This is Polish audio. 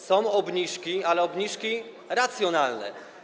Są obniżki, ale obniżki racjonalne.